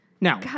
Now